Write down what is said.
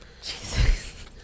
Jesus